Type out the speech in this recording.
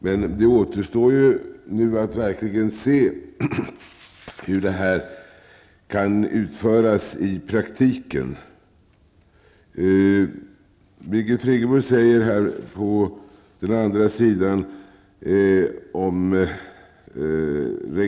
Men det återstår att se hur detta kan utföras i praktiken.